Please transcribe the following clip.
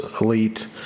elite